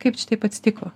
kaip čia taip atsitiko